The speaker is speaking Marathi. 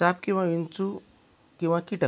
साप किंवा विंचू किंवा कीटक